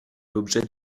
l’objet